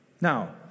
Now